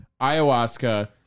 Ayahuasca